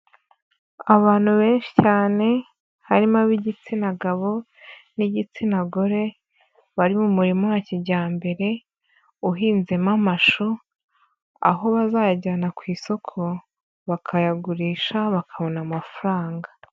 Abantu benshi cyane harimo ab'igitsina gabo n'igitsina gore bari mu murimo wa kijyambere uhinzemo amashu, aho bazayajyana ku isoko bakayagurisha bakabona amafaranga.